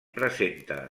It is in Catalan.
presenta